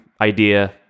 idea